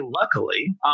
luckily